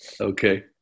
Okay